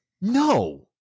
No